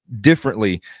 differently